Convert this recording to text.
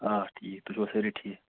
آ ٹھیٖک تُہۍ چھُوا سٲری ٹھیٖک